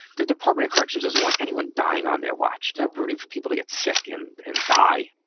the department of corrections doesn't want anyone dying on their watch to rooting for people to get sick and and die.